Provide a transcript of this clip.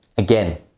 again,